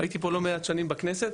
הייתי פה לא מעט שנים בכנסת.